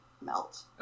melt